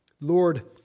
Lord